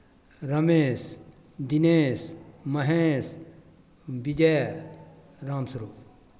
Ramesh Dinesh Mahesh Vijay Ramswaroop